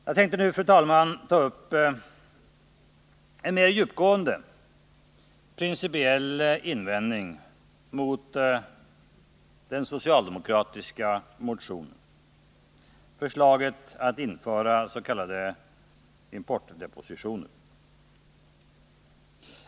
Jag tänkte nu, fru talman, ta upp en mer djupgående principiell invändning mot den socialdemokratiska motionen. Det gäller förslaget att införa s.k. importdepositioner.